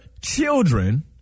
children